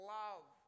love